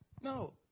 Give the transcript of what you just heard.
no